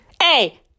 Hey